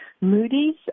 Moody's